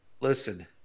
listen